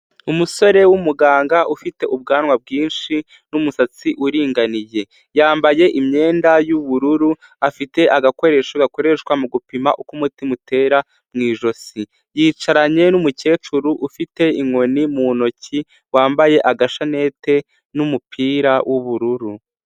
Umusore w'umuganga ufite ubwanwa bwinshi n'umusatsi uringaniye . Yambaye imyenda y'ubururu afite agakoresho gakoreshwa mugupima uko umutima utera mu ijosi . Yicaranye n'umukecuru ufite inkoni mu ntoki . Wambaye agashanete n'umupira w'ubururu.